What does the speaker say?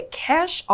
cash